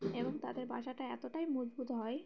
এবং তাদের বাসাটা এতটাই মজবুত হয়